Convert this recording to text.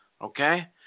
okay